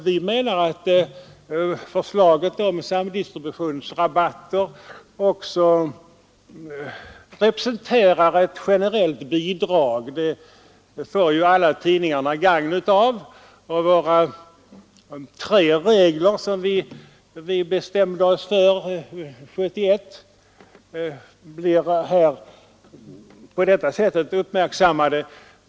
Vi menar att förslaget om samdistributionsrabatter också representerar ett generellt bidrag. Det kommer ju alla tidningar till gagn. De tre regler som vi fastställde 1971 för presstödet blir på detta sätt uppmärksammade.